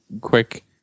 quick